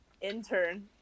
intern